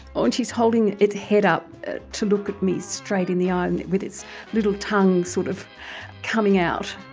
ah and she's holding its head up ah to look at to me straight in the eye and with its little time sort of coming out.